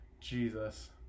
Jesus